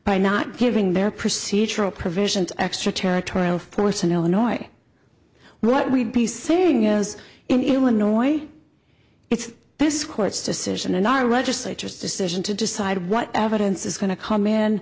by not giving their procedural provisions extraterritorial force in illinois what we'd be saying is in illinois it's this court's decision and our legislatures decision to decide what evidence is going to come in